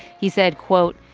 he said, quote,